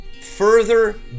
further